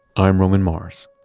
i'm roman mars